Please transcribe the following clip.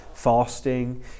fasting